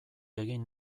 egin